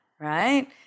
right